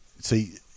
See